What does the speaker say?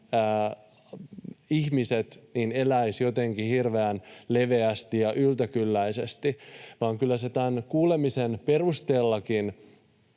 ihmiset eläisivät jotenkin hirveän leveästi ja yltäkylläisesti. Kyllä tämän kuulemisen perusteellakin